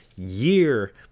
year